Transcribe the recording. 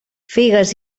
figues